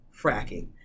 fracking